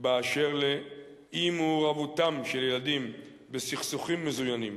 באשר לאי-מעורבותם של ילדים בסכסוכים מזוינים.